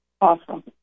Awesome